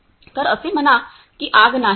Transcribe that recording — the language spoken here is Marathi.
तर असे म्हणा की आग नाही